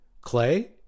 Clay